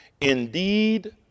Indeed